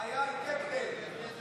(תיקון, מתן העדפה למשרתים בהעדפה